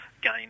gain